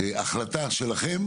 החלטה שלכם